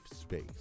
space